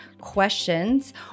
questions